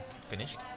finished